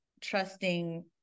trusting